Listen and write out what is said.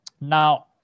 Now